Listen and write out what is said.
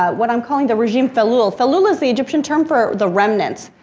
what i'm calling the regime feloul feloul is the egyptian term for the remnants.